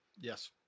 Yes